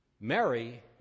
Mary